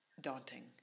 daunting